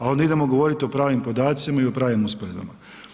Onda idemo govorit o pravim podacima i o pravim usporedbama.